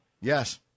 Yes